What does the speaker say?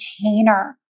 container